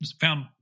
found